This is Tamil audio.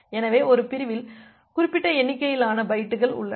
எனவே ஒரு பிரிவில் குறிப்பிட்ட எண்ணிக்கையிலான பைட்டுகள் உள்ளன